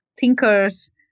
thinkers